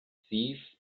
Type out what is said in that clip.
thief